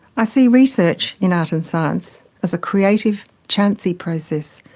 i see research in art and science as a creative, chancy process,